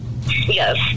Yes